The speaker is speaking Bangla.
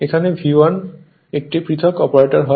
এখানে V1 একটি পৃথক অপারেটর হয়